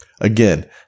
Again